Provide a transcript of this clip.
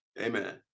amen